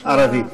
ערבית.